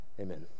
Amen